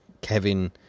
kevin